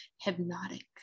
hypnotic